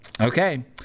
Okay